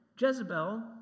Jezebel